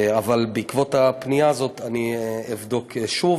אבל בעקבות הפנייה הזאת אני אבדוק שוב.